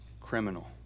criminal